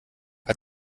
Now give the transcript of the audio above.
hat